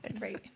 Right